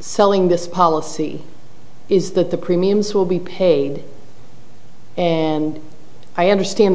selling this policy is that the premiums will be paid i understand the